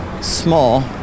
small